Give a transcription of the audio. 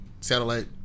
Satellite